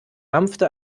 mampfte